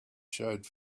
showed